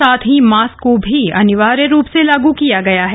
साथ ही मास्क को भी अनिवार्य रुप से लागू किया गया है